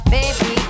Baby